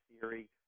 theory